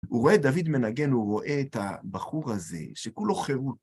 הוא רואה דוד מנגן, הוא רואה את הבחור הזה שכולו חירות.